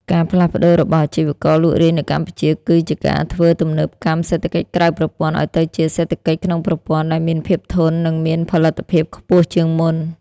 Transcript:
ការផ្លាស់ប្តូររបស់អាជីវករលក់រាយនៅកម្ពុជា គឺជាការធ្វើ ទំនើបកម្មសេដ្ឋកិច្ចក្រៅប្រព័ន្ធ ឱ្យទៅជាសេដ្ឋកិច្ចក្នុងប្រព័ន្ធ ដែលមានភាពធន់ និងមានផលិតភាពខ្ពស់ជាងមុន។